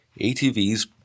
ATV's